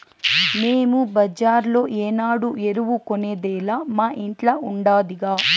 మేము బజార్లో ఏనాడు ఎరువు కొనేదేలా మా ఇంట్ల ఉండాదిగా